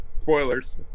Spoilers